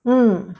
mm